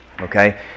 okay